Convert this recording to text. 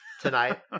tonight